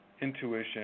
intuition